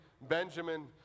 Benjamin